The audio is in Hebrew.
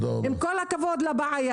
עם כל הכבוד לבעיה,